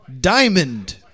Diamond